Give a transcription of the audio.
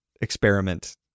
experiment